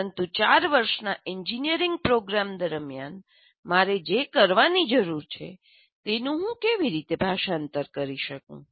પરંતુ 4 વર્ષના engineering programme દરમિયાન મારે જે કરવાની જરૂર છે તેનું હું કેવી રીતે ભાષાંતર કરી શકું